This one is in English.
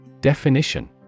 Definition